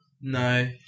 No